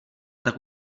tak